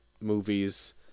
movies